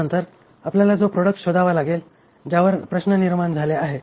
त्यानंतर आपल्याला तो प्रोडक्ट शोधावा लागेल ज्यावर प्रश्न निर्माण झाले आहे